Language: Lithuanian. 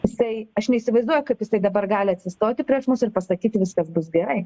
jisai aš neįsivaizduoju kaip jisai dabar gali atsistoti prieš mus ir pasakyti viskas bus gerai